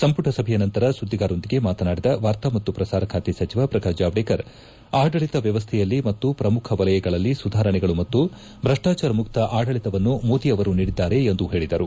ಸಂಮಟ ಸಭೆಯ ನಂತರ ಸುದ್ಲಿಗಾರರೊಂದಿಗೆ ಮಾತನಾಡಿದ ವಾರ್ತಾ ಮತ್ತು ಪ್ರಸಾರ ಖಾತೆ ಸಚಿವ ಪ್ರಕಾರ್ ಜಾವಡೇಕರ್ ಆಡಳಿತ ವ್ಯವಸ್ಥೆಯಲ್ಲಿ ಮತ್ತು ಪ್ರಮುಖ ವಲಯಗಳಲ್ಲಿ ಸುಧಾರಣೆಗಳು ಹಾಗೂ ಭ್ರಷ್ಟಾಚಾರ ಮುಕ್ತ ಆಡಳಿತವನ್ನು ಮೋದಿ ಅವರು ನೀಡಿದ್ದಾರೆ ಎಂದು ಹೇಳಿದರು